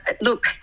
look